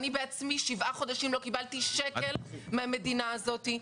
אני בעצמי שבעה חודשים לא קיבלתי שקל מהמדינה הזאת.